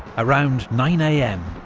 around nine am,